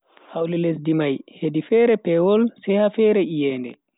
Hawlu lesdi mai hedi fere pewol sai ha fere iyende.